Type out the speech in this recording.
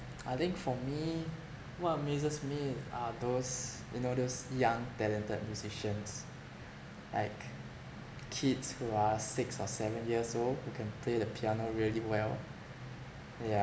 I think for me what amazes me are those you know those young talented musicians like kids who are six or seven years old who can play the piano really well yeah